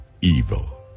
evil